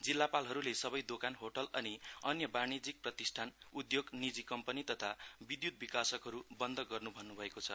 जिल्ला पालहरूले सबै दोकान होटल अनि अन्य वाणिज्यिक प्रतिष्ठान उद्योग नीजि कम्पनी तथा विद्य्त विकासकहरू बन्ध गर्न् भन्न्भएको छ